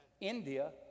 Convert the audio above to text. India